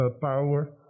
power